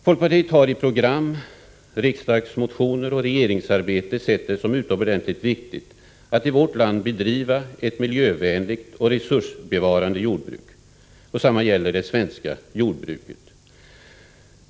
Folkpartiet har i program, i riksdagsmotioner och i regeringsarbetet sett det som utomordentligt viktigt att det i vårt land bedrivs ett miljövänligt och resursbevarande jordbruk. Detsamma gäller det svenska skogsbruket.